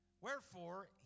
Wherefore